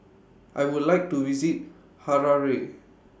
I Would like to visit Harare